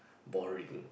boring